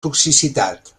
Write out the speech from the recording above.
toxicitat